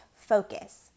focus